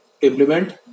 implement